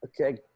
Okay